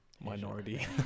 minority